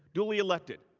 newly elected.